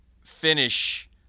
finish